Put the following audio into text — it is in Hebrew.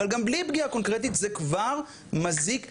אבל בלי פגיעה קונקרטית זה כבר מזיק לתחושה,